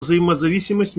взаимозависимость